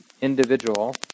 individual